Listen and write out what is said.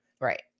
Right